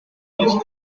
varios